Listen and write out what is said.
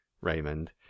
Raymond